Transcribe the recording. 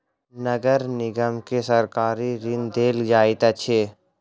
नगर निगम के सरकारी ऋण देल जाइत अछि